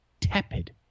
tepid